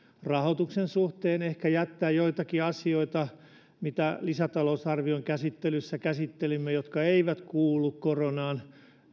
rahoituksen suhteen ja ehkä jättää joitakin asioita mitä lisätalousarvion käsittelyssä käsittelimme ja jotka eivät kuulu koronaan